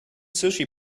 sushi